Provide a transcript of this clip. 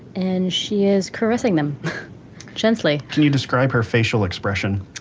and she is caressing them gently. can you describe her facial expression?